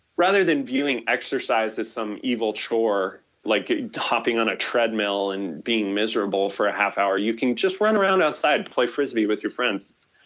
rather than viewing exercise as some evil chore like topping on a treadmill and being miserable for ah half a hour, you can just run around outside, play frisbee with your friends,